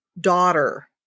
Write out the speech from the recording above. daughter